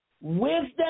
wisdom